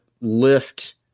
lift